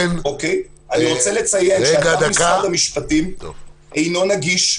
אני רוצה לציין שאתר משרד המשפטים אינו נגיש,